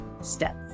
Steps